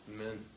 Amen